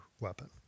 weapon